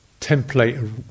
template